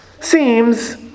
seems